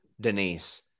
Denise